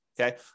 Okay